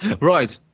Right